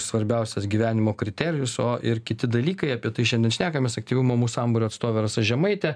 svarbiausias gyvenimo kriterijus o ir kiti dalykai apie tai šiandien šnekamės aktyvių mamų sambūrio atstovė rasa žemaitė